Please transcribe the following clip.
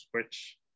switch